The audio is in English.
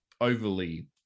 overly